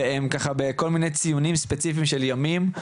והם בכל מיני ציונים ספציפיים של ימים.